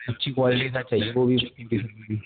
اچھی کوالٹی کا چاہیے وہ بھی اس کی